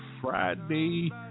Friday